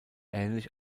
ähnlich